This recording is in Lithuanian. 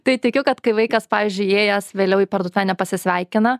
tai tikiu kad kai vaikas pavyzdžiui įėjęs vėliau į parduotuvę nepasisveikina